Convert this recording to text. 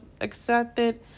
accepted